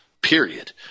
period